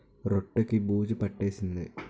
రొట్టె కి బూజు పట్టేసింది